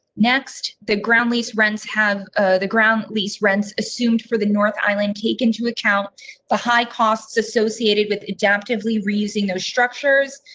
next the ground lease runs. have ah the ground lease rent, assumed for the north island take into account the high costs associated with adaptively, reusing those structures.